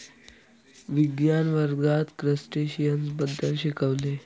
विज्ञान वर्गात क्रस्टेशियन्स बद्दल शिकविले